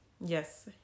Yes